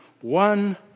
one